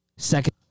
Second